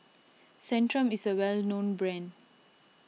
Centrum is a well known brand